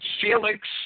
Felix